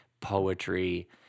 poetry